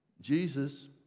Jesus